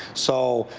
so